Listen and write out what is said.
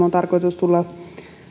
on tarkoitus tulla